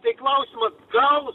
tai klausimas gal